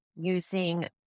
using